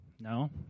No